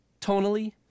tonally